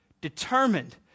determined